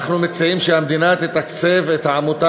אנחנו מציעים שהמדינה תתקצב את העמותה